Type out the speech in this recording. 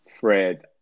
Fred